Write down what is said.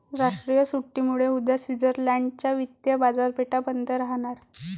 राष्ट्रीय सुट्टीमुळे उद्या स्वित्झर्लंड च्या वित्तीय बाजारपेठा बंद राहणार